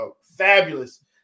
fabulous